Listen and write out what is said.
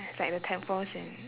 there's like the temples in